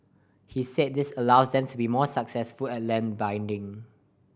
he said this allows them to be more successful at land bidding